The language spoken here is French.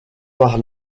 par